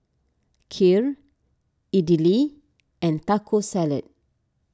Kheer Idili and Taco Salad